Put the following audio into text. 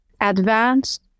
advanced